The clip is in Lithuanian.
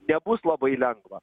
nebus labai lengva